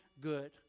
good